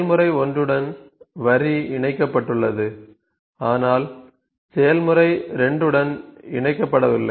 செயல்முறை 1 உடன் வரி இணைக்கப்பட்டுள்ளது ஆனால் செயல்முறை 2 உடன் இணைக்கப்படவில்லை